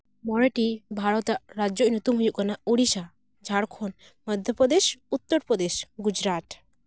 ᱢᱚᱬᱮᱴᱤ ᱵᱷᱟᱨᱚᱛᱟᱜ ᱨᱟᱡᱽᱡᱚ ᱧᱩᱛᱩᱢ ᱦᱩᱭᱩᱜ ᱠᱟᱱᱟ ᱳᱰᱤᱥᱟ ᱡᱷᱟᱲᱠᱷᱚᱸᱰ ᱢᱚᱫᱽᱫᱷᱚᱯᱨᱚᱫᱮᱥ ᱩᱛᱛᱚᱨᱯᱨᱚᱫᱮᱥ ᱜᱩᱡᱽᱨᱟᱴ